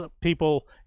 people